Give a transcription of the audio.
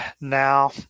now